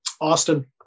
Austin